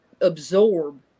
absorb